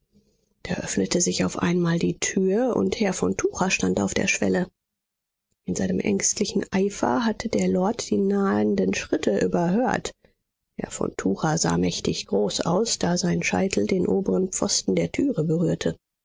da öffnete sich auf einmal die tür und herr von tucher stand auf der schwelle in seinem ängstlichen eifer hatte der lord die nahenden schritte überhört herr von tucher sah mächtig groß aus da sein scheitel den oberen pfosten der türe berührte